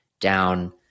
down